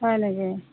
ভয় লাগে